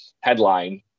headline